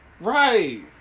Right